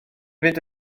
fynd